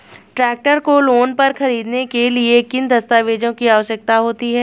Tractor को loan पर खरीदने के लिए किन दस्तावेज़ों की आवश्यकता होती है?